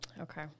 Okay